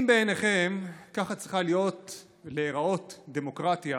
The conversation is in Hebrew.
אם בעיניכם ככה צריכה להיראות דמוקרטיה,